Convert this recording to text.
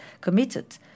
committed